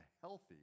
healthy